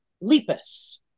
Lepus